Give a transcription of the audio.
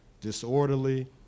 disorderly